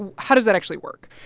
ah how does that actually work?